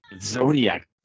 Zodiac